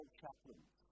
chaplains